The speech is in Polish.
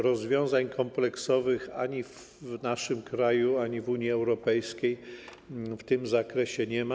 Rozwiązań kompleksowych ani w naszym kraju, ani w Unii Europejskiej w tym zakresie nie ma.